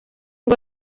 ngo